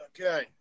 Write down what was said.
Okay